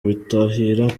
bitahira